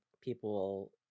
people